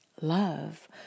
love